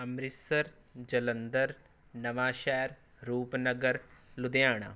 Amritsar Jalandhar Nawanshahr Rupnagar Ludhiana